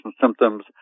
symptoms